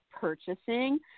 purchasing